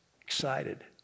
excited